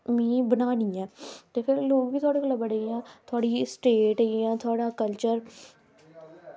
ते में एह् बनानी ऐं ते लोग बी साढ़े कन्नै बड़े इंया ते थोह्ड़ी स्टेट इंया थोह्ड़ा कल्चर